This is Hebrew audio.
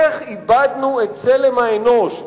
איך איבדנו את צלם האנוש,